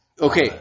okay